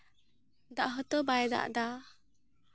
ᱫᱟᱜ ᱦᱚᱸᱛᱚ ᱵᱟᱭ ᱫᱟᱜ ᱮᱫᱟ